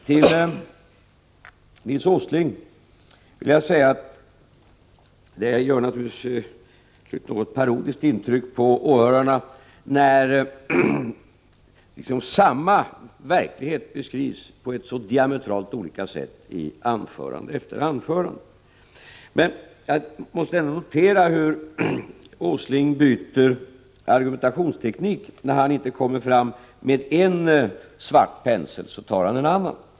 Till Nils Åsling vill jag säga att det gör ett parodiskt intryck på åhörarna, när samma verklighet beskrivs på ett så diametralt olika sätt i anförande efter anförande. Men jag måste ändå notera hur Nils Åsling byter argumentationsteknik. När han inte kommer fram med en svart pensel, tar han en annan.